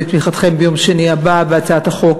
ביום שני הבא את תמיכתכם בהצעת החוק